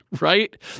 right